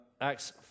Acts